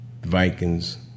Vikings